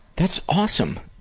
that's awesome.